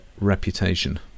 reputation